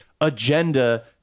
agenda